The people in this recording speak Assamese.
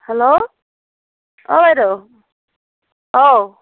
হেল্ল' অ' বাইদেউ অও